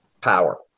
power